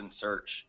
search